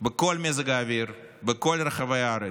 בכל מזג אוויר, בכל רחבי הארץ,